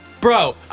bro